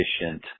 efficient